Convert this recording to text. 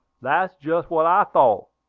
that's just what i thought,